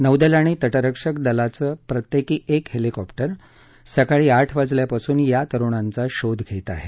नौदल आणि तटरक्षक दलाचं प्रत्येकी एक हेलीकॉप्टर सकाळी आठ वाजल्यापासून या तरूणांचा शोध घेत आहे